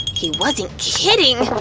he wasn't kidding!